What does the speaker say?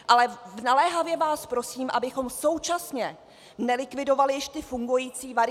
Ale naléhavě vás prosím, abychom současně nelikvidovali ještě fungující varianty.